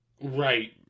right